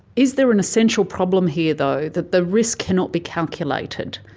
is there an essential problem here though that the risk cannot be calculated,